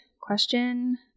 question